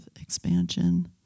expansion